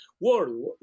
world